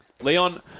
Leon